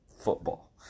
football